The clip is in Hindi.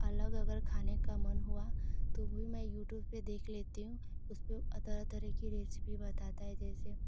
अलग अगर खाने का मन हुआ तो भी मैं यूट्यूब पर देख लेती हूँ उसपे तरह तरह की रेसिपी बताता है जैसे